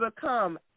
become